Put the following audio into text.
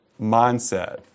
mindset